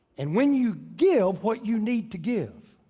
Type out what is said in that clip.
and when you give what you need to give,